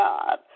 God